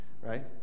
right